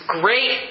great